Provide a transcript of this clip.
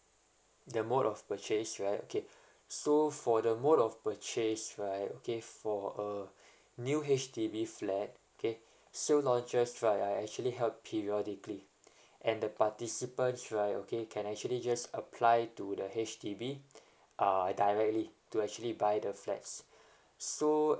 the mode of purchase right okay so for the mode of purchase right okay for a new H_D_B flat okay so launches right are actually held periodically and the participants right okay can actually just apply to the H_D_B uh directly to actually buy the flats so